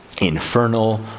infernal